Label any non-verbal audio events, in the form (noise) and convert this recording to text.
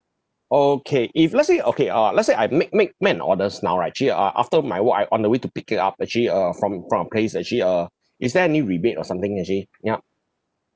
okay if let's say okay uh let's say I make make make an orders now right actually uh after my work I on the way to pick it up actually uh from from a place actually uh (breath) is there any rebate or something actually ya